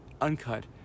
uncut